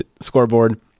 scoreboard